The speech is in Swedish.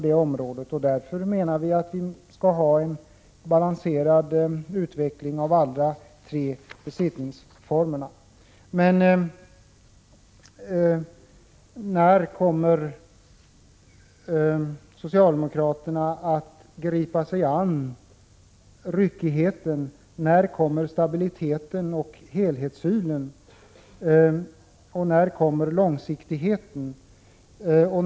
Det bör alltså ske en balanserad utveckling av alla de tre besittningsformerna. Jag vill fråga: När kommer socialdemokraterna att gripa sig an ryckigheten? När kommer stabiliteten, helhetssynen och långsiktigheten?